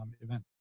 event